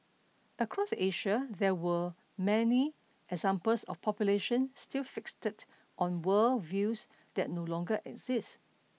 across Asia there were many examples of population still fixated on world views that no longer exist